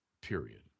Period